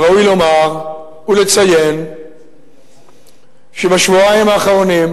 שראוי לומר ולציין שבשבועיים האחרונים,